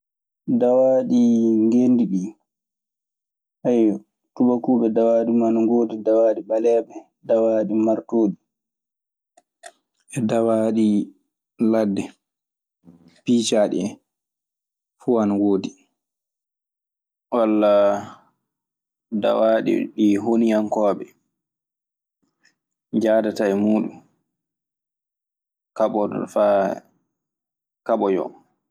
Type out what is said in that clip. Dawaɗi gendi ɗi, tubakuɓe dawaɗi mun ana godi, Dawaɗi baleeɓe, dawaɗi martoɗi, e dawaaɗi ladde piicaaɗi en. Fuu ana woodi. Walla dawaaɗi ɗi honuyankooɓe njahadata e muɗum kaɓorde faa kaɓoyo.